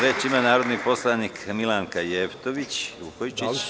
Reč ima narodni poslanik Milanka Jevtović Vukojičić.